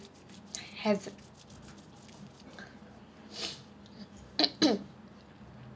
haven't